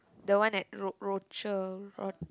the one at ro~ Rochor ro~